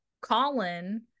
Colin